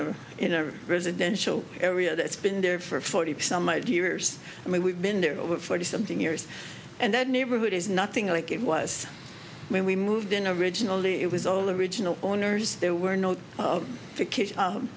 a in a residential area that's been there for forty some odd years and we've been there over forty something years and that neighborhood is nothing like it was when we moved in originally it was all original owners there were no